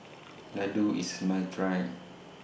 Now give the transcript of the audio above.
Laddu IS must Try